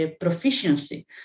proficiency